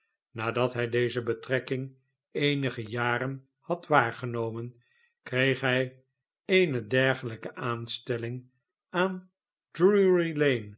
nadat hh deze betrekking eenige jaren had waargenomen kreeg hij eene dergelnke aanstelling aan